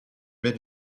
mais